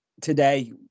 today